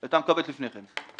היתה מקבלת לפני כן.